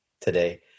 today